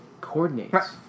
coordinates